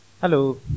Hello